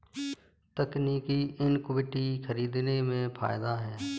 तकनीकी इक्विटी खरीदने में फ़ायदा है